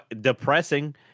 depressing